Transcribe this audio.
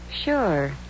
Sure